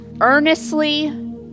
earnestly